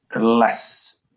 less